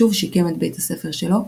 שוב שיקם את בית הספר שלו,